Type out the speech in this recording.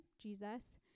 Jesus